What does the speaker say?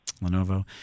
Lenovo